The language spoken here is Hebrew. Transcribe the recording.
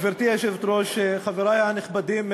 גברתי היושבת-ראש, חברי הנכבדים,